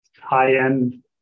high-end